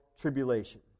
tribulation